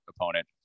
opponent